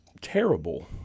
terrible